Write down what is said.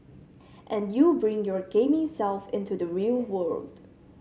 and you bring your gaming self into the real world